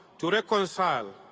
to reconcile,